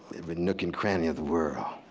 nook and cranny of the world.